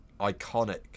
iconic